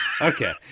okay